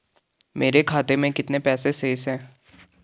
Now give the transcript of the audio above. मेरे खाते में कितने पैसे शेष हैं?